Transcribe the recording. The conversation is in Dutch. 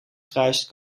kruist